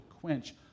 quench